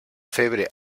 febre